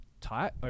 tight